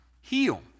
heal